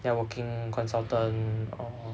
networking consultant or